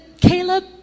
Caleb